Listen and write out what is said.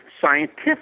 scientific